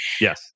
Yes